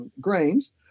grains